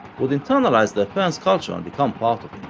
would internalize their parents' culture and become part of it.